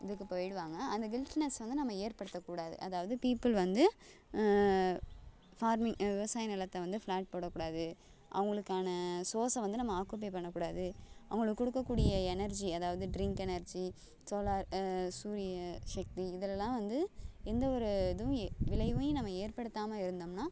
இதுக்கு போய்விடுவாங்க அந்த கில்ட்னெஸ் வந்து நம்ம ஏற்படுத்தக்கூடாது அதாவது பீப்பிள் வந்து ஃபார்மிங் விவசாய நிலத்தை வந்து ஃப்ளேட் போடக்கூடாது அவர்களுக்கான சோர்ஸை வந்து நம்ம ஆக்குபை பண்ணக்கூடாது அவர்களுக்கு கொடுக்கக்கூடிய எனர்ஜி அதாவது ட்ரிங்க் எனர்ஜி சோலார் சூரிய சக்தி இதிலெல்லாம் வந்து எந்த ஒரு இதுவும் விளைவையும் நம்ம ஏற்படுத்தாமல் இருந்தோம்னால்